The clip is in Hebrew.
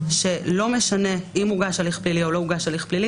שלא משנה אם הוגש הליך פלילי או לא הוגש הליך פלילי,